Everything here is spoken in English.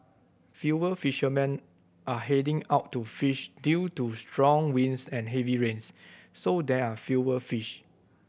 fewer fishermen are heading out to fish due to strong winds and heavy rains so there are fewer fish